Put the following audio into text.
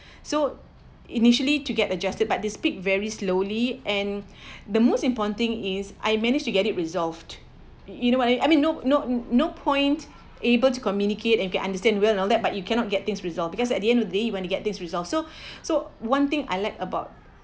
so initially to get adjusted but they speak very slowly and the most important thing is I managed to get it resolved you know what I mean I mean no no no point able to communicate and can understand well and all that but you cannot get things resolved because at the end of the day when you get this resolved so so one thing I like about